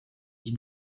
ich